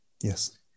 Yes